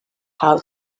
how